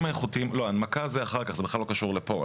לא, הנמקה זה אחר כך, זה בכלל לא קשור לפה.